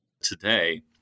today